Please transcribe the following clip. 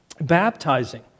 baptizing